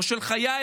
או של חייִךְ,